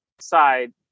side